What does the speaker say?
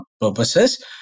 purposes